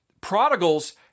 Prodigals